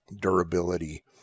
durability